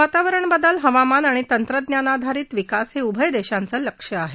वातावरण बदल हवामान आणि तंत्रज्ञानाधारित विकास हे उभय देशांचं लक्ष्य आहे